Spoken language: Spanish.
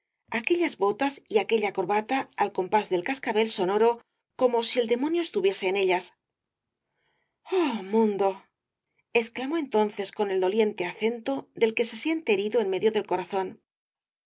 castro botas y aquella corbata al compás del cascabel sonoro como si el demonio estuviese en ellas oh mundo exclamó entonces con el doliente acento del que se siente herido en medio del corazón